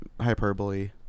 hyperbole